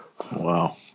Wow